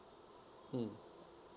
mm